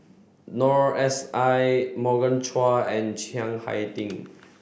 Noor S I Morgan Chua and Chiang Hai Ding